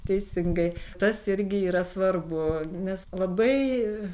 teisingai tas irgi yra svarbu nes labai